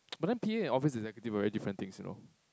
but then p_a and office executives are very different things you know